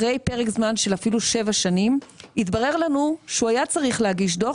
אחרי פרק זמן של אפילו שבע שנים יתברר לנו שהוא היה צריך להגיש דוח,